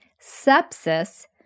sepsis